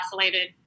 isolated